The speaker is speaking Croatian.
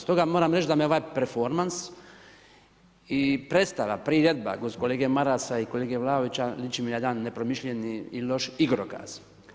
Stoga moram reći da me ovaj performans i predstava, priredba kolege Marasa i kolege Vlaovića liči mi na jedan nepromišljeni i loš igrokaz.